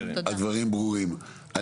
הדברים ברורים.